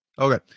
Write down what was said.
Okay